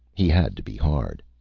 he had to be hard.